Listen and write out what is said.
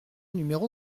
numéro